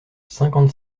cinquante